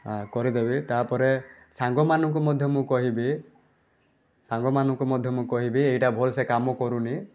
ଆଁ କରିଦେବି ତା'ପରେ ସାଙ୍ଗମାନଙ୍କୁ ମଧ୍ୟ ମୁଁ କହିବି ସାଙ୍ଗମାନକୁ ମଧ୍ୟ ମୁଁ କହିବି ଏଇଟା ଭଲସେ କାମ କରୁନି